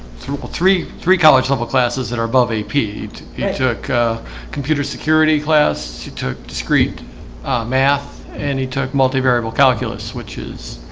three three three college-level classes that are above a peed he yeah took computer security class she took discrete math, and he took multivariable calculus, which is